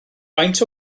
faint